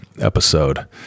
episode